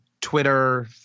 Twitter